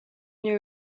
new